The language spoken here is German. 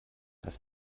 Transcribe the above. hast